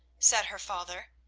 said her father,